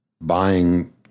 buying